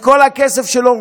את כל הכסף שלו,